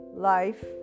life